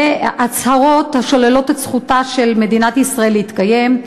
והצהרות השוללות את זכותה של מדינת ישראל להתקיים.